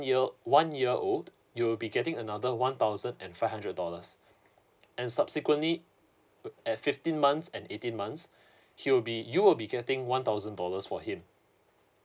year one year old you'll be getting another one thousand and five hundred dollars and subsequently at fifteen months and eighteen months he will be you will be getting one thousand dollars for him